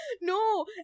No